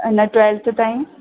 अञा ट्वेल्थ ताईं